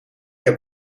heb